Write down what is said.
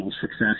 success